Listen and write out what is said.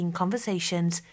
conversations